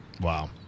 Wow